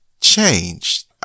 changed